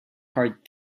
heart